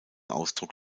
ausdruck